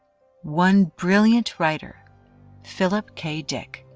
one brilliant writer philip k. dick,